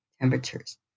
temperatures